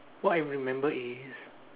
what I remember is